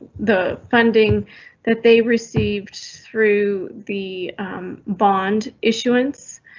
the funding that they received through the bond issuance,